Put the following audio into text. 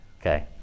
Okay